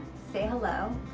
say hello,